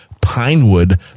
Pinewood